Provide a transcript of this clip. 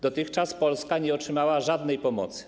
Dotychczas Polska nie otrzymała żadnej pomocy.